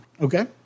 Okay